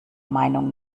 meinung